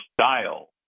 style